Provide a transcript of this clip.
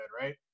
right